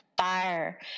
fire